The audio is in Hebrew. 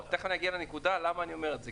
-- כי תכף אני אגיע לנקודה למה אני אומר את זה.